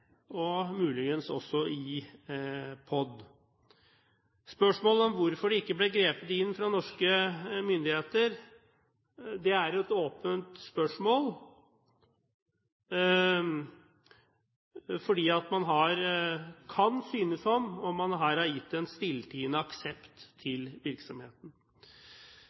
og muligens også i POD. Spørsmålet om hvorfor det ikke ble grepet inn fra norske myndigheters side, er et åpent spørsmål. Det kan synes som om man her har gitt en stilltiende aksept til virksomheten.